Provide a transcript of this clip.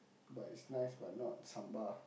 but it's nice but not sambal